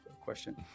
question